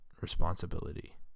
responsibility